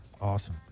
awesome